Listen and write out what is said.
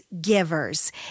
givers